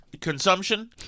consumption